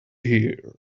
here